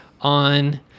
on